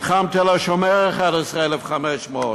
מתחם תל-השומר, 11,500,